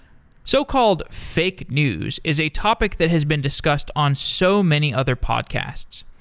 so-called fake news is a topic that has been discussed on so many other podcasts.